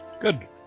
Good